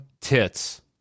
tits